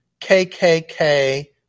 KKK